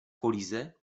kolize